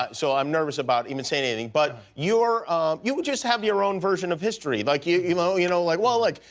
so i'm nervous about even saying anything. but you're you just have your own version of history. like you know you know like well, like